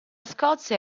scozia